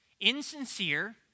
insincere